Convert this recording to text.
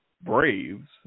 Braves